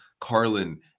Carlin